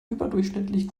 überdurchschnittlich